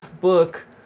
book